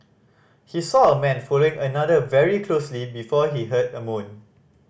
he saw a man following another very closely before he heard a moan